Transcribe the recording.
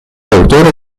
autore